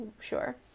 sure